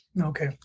Okay